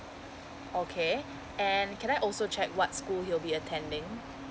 okay and can I also check what school you will be attending